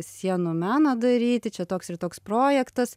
sienų meną daryti čia toks ir toks projektas